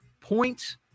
points